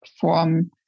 form